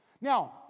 Now